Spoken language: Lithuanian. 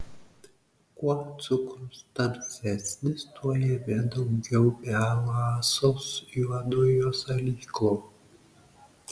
kuo cukrus tamsesnis tuo jame daugiau melasos juodojo salyklo